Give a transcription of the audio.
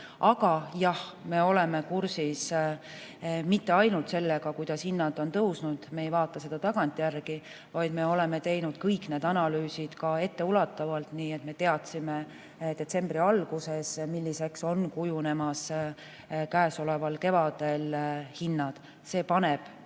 Aga jah, me pole kursis mitte ainult sellega, kuidas hinnad on tõusnud, me ei vaata seda tagantjärele, vaid me oleme teinud kõik analüüsid ka etteulatuvalt, nii et me teadsime detsembri alguses, milliseks käesoleval kevadel hinnad kujunevad.